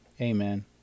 Amen